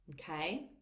okay